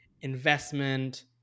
investment